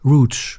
Roots